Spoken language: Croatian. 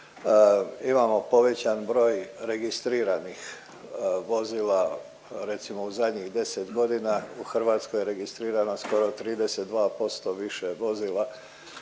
Imamo povećan broj registriranih vozila recimo u zadnjih 10 godina u Hrvatskoj je registrirano skoro 32% više vozila